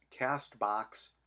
Castbox